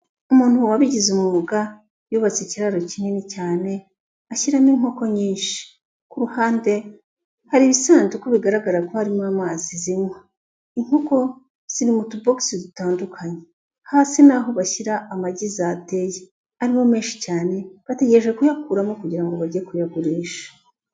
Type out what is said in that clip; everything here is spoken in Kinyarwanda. Umuntu wabigize umwuga yubatse ikiraro kinini cyane ashyiramo inkoko nyinshi. Ku ruhande hari ibisanduku bigaragara ko harimo amazi zinywa. Inkoko ziri mu tubogisi dutandukanye. Hasi ni aho bashyira amagi zateye. Harimo menshi cyane bategereje kuyakuramo kugira ngo bajye kuyagurisha.